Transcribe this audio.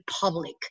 public